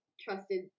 trusted